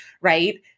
right